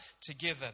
together